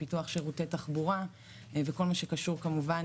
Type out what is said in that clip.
ופיתוח שירותי תחבורה וכל מה שקשור כמובן